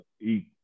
eat